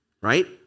right